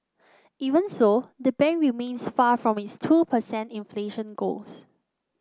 even so the bank remains far from its two per cent inflation goals